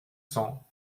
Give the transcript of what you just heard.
cents